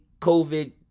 COVID